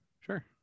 Sure